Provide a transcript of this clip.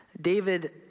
David